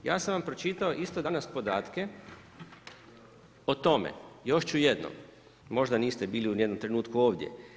Ja sam vam pročitao isto danas podatke o tome još ću jednom, možda niste bili u ni jednom trenutku ovdje.